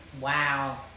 Wow